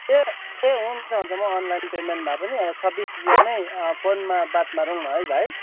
ए ए हुन्छ हुन्छ म अनलाइन पेमेन्ट भए पनि छब्बिस बिहान नै फोनमा बात मारौँ न है भाइ